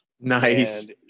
nice